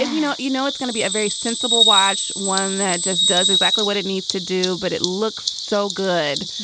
and you know you know, it's gonna be a very sensible watch, one that just does exactly what it needs to do. but it looks so good,